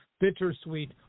bittersweet